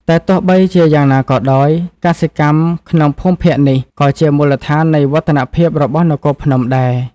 តែទោះបីជាយ៉ាងណាក៏ដោយ កសិកម្ម ក្នុងភូមិភាគនេះក៏ជាមូលដ្ឋាននៃវឌ្ឍនភាពរបស់នគរភ្នំដែរ។